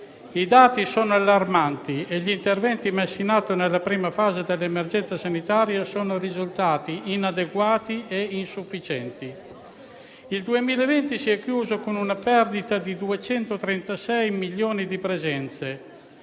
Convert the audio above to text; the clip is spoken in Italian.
I dati sono allarmanti e gli interventi messi in campo nella prima fase dell'emergenza sanitaria sono risultati inadeguati e insufficienti. Il 2020 si è chiuso con una perdita 236 milioni di presenze,